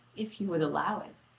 if he would allow it.